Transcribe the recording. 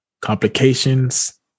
complications